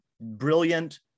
Brilliant